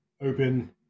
open